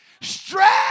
stretch